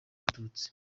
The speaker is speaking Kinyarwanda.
abatutsi